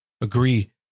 Agree